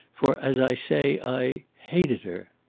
for, as i say, i hated her.